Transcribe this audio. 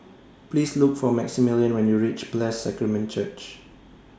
Please Look For Maximillian when YOU REACH Blessed Sacrament Church